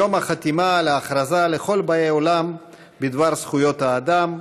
יום החתימה על ההכרזה לכל באי עולם בדבר זכויות האדם,